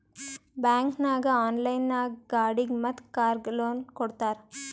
bank ನಾಗ್ online ನಾಗ್ ಗಾಡಿಗ್ ಮತ್ ಕಾರ್ಗ್ ಲೋನ್ ಕೊಡ್ತಾರ್